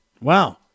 Wow